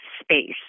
space